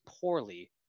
poorly